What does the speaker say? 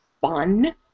fun